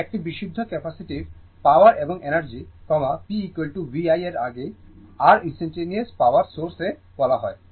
তো একটি বিশুদ্ধ ক্যাপাসিটিভে পাওয়ার এবং এনার্জি p v i এর আগে r ইনস্টানটানেওয়াস পাওয়ার সোর্স এ বলা হয়